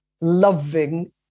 loving